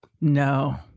No